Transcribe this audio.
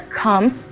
comes